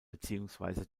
beziehungsweise